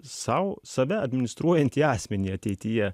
sau save administruojantį asmenį ateityje